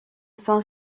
saint